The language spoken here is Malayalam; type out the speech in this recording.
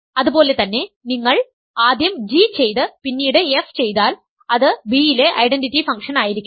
അതുപോലെ തന്നെ നിങ്ങൾ ആദ്യം g ചെയ്ത് പിന്നീട് f ചെയ്താൽ അത് B യിലെ ഐഡന്റിറ്റി ഫംഗ്ഷനായിരിക്കണം